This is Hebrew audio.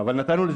שנדחו.